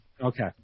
Okay